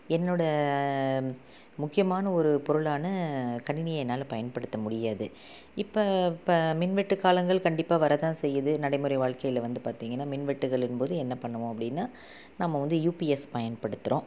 என்னோடய முக்கியமான ஒரு பொருளான கணினியை என்னால் பயன்படுத்த முடியாது இப்போ இப்போ மின்வெட்டுகாலங்கள் கண்டிப்பாக வர தான் செய்யுது நடைமுறை வாழ்க்கையில் வந்து பார்த்திங்கனா மின்வெட்டுகளின் போது என்ன பண்ணுவோம் அப்படின்னா நம்ம வந்து யுபிஎஸ் பயன்படுத்துகிறோம்